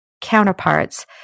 counterparts